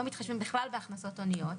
לא מתחשבים בכלל בהכנסות הוניות,